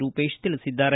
ರೂಪೇಶ್ ತಿಳಿಸಿದ್ದಾರೆ